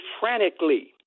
frantically